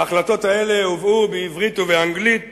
ההחלטות האלה הובאו בעברית ובאנגלית